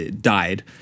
died